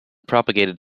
propagated